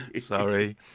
sorry